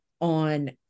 on